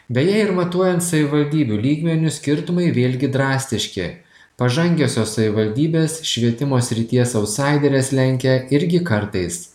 beje ir matuojant savivaldybių lygmeniu skirtumai vėlgi drastiški pažangiosios savivaldybės švietimo srities autsaideres lenkia irgi kartais